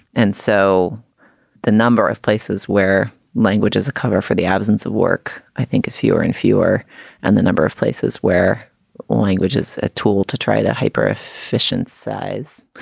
and so the number of places where language is a cover for the absence of work, i think is fewer and fewer and the number of places where language is a tool to try to hyper efficient size.